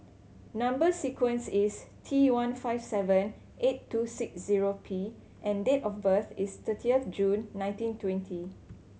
number sequence is T one five seven eight two six zero P and date of birth is thirty June nineteen twenty